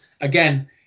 again